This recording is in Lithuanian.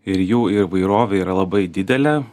ir jų įvairovė yra labai didelė